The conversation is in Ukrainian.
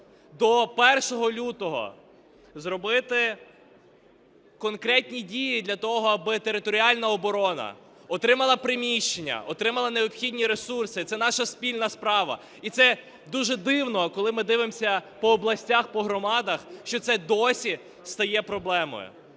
до 1 лютого зробити конкретні дії для того, аби територіальна оборона отримала приміщення, отримала необхідні ресурси. Це наша спільна справа. І це дуже дивно, коли ми дивимося по областях, по громадах, що це досі стає проблемою.